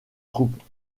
troupes